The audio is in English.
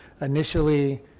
initially